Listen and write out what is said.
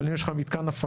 אבל אם יש לך מתקן הפקה